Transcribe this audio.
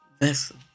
vessel